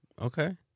Okay